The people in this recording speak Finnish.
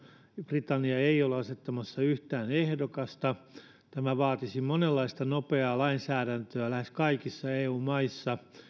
britannia ei ole asettamassa yhtään ehdokasta tämä vaatisi monenlaista nopeaa lainsäädäntöä lähes kaikissa eu maissa